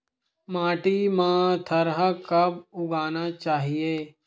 माटी मा थरहा कब उगाना चाहिए?